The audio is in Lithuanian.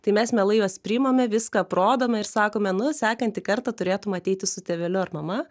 tai mes mielai juos priimame viską aprodome ir sakome nu sekantį kartą turėtum ateiti su tėveliu ar mama